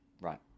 Right